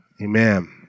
Amen